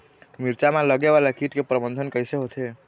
मिरचा मा लगे वाला कीट के प्रबंधन कइसे होथे?